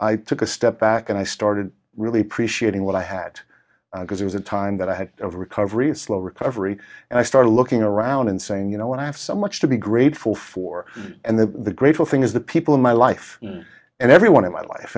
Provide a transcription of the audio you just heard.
i took a step back and i started really appreciating what i had because it was a time that i had of recovery a slow recovery and i started looking around and saying you know what i have so much to be grateful for and then the grateful thing is the people in my life and everyone in my life